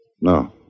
No